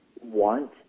want